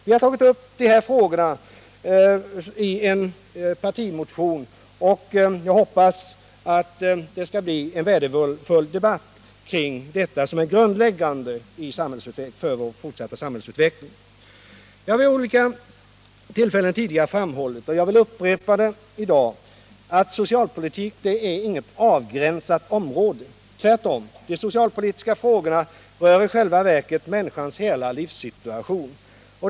Vi har tagit upp dessa frågor i en partimotion, och jag hoppas det skall bli en värdefull debatt kring detta som är grundläggande i den fortsatta samhällsutvecklingen. Jag har vid tidigare tillfällen framhållit, och jag vill upprepa det i dag, att socialpolitik är inget avgränsat område. Tvärtom — de socialpolitiska frågorna rör i själva verket människans hela livssituation.